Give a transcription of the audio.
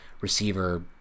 receiver